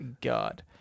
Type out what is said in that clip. God